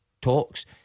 talks